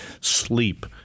sleep